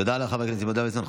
תודה לחבר הכנסת סימון דוידסון.